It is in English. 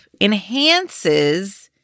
enhances